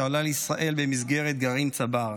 שעלה לישראל במסגרת גרעין צבר,